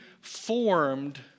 formed